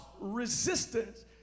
resistance